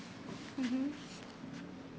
mmhmm